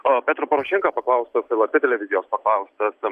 o petro porošenka paklaustas lrt televizijos paklaustas